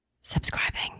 subscribing